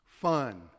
fun